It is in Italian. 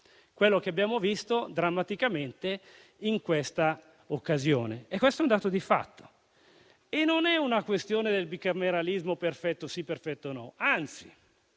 come abbiamo visto drammaticamente in questa occasione. Questo è un dato di fatto. Non è una questione del bicameralismo, perfetto sì, perfetto no. Anzi,